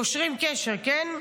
קושרים קשר, כן?